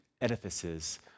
edifices